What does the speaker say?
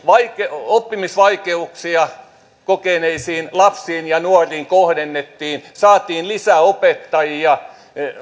oppimisvaikeuksia kokeneisiin lapsiin ja nuoriin saatiin lisää opettajia